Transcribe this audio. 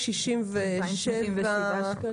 267,